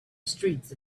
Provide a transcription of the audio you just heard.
streets